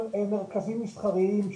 של מרכזים מסחריים,